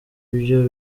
byo